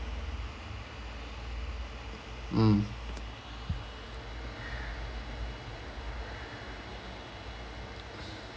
mm